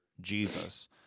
Jesus